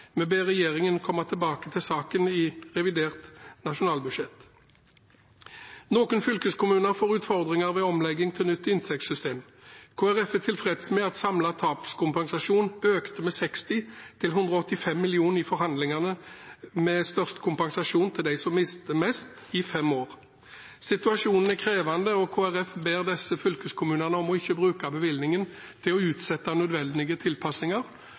Vi ber regjeringen komme tilbake til saken i revidert nasjonalbudsjett. Noen fylkeskommuner får utfordringer ved omlegging til nytt inntektssystem. Kristelig Folkeparti er tilfreds med at samlet tapskompensasjon økte med 60 mill. kr til 185 mill. kr i forhandlingene, med størst kompensasjon til dem som mister mest, i fem år. Situasjonen er krevende, og Kristelig Folkeparti ber disse fylkeskommunene om ikke å bruke bevilgningen til å utsette nødvendige